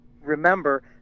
remember